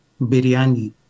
biryani